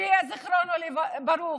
שיהיה זכרו ברוך,